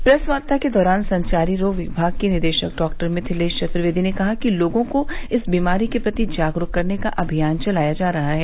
press वार्ता के दौरान संचारी रोग विभाग की निदेशक डॉक्टर मिथिलेश चतुर्वेदी ने कहा कि लोगों को इस बीमारी के प्रति जागरूक करने का अभियान चलाया जा रहा है